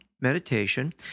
meditation